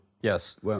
Yes